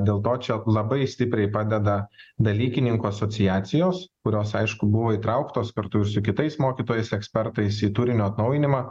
dėl to čia labai stipriai padeda dalykininkų asociacijos kurios aišku buvo įtrauktos kartu ir su kitais mokytojais ekspertais į turinio atnaujinimą